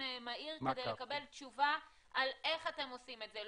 מהיר כדי לקבל תשובה על איך אתם עושים את זה.